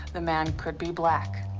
the man could be black,